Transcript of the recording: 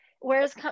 whereas